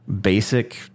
basic